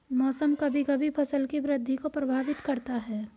मौसम कभी कभी फसल की वृद्धि को प्रभावित करता है